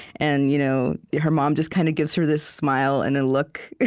and you know her mom just kind of gives her this smile and a look.